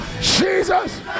Jesus